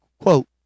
quote